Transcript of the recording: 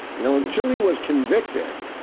you know, until he was convicted.